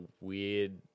weird